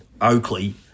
Oakley